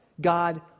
God